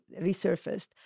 resurfaced